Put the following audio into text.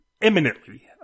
imminently